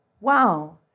wow